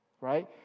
Right